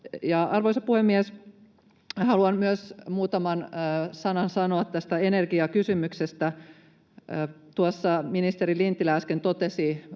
Arvoisa puhemies! Haluan myös sanoa muutaman sanan tästä energiakysymyksestä. Tuossa ministeri Lintilä äsken totesi,